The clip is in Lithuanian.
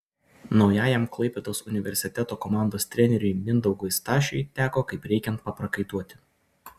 naujajam klaipėdos universiteto komandos treneriui mindaugui stašiui teko kaip reikiant paprakaituoti